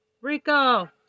Rico